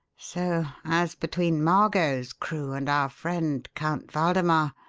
so, as between margot's crew and our friend count waldemar